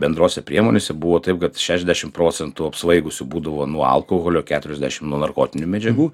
bendrose priemonėse buvo taip kad šešiasdešim procentų apsvaigusių būdavo nuo alkoholio keturiasdešim nuo narkotinių medžiagų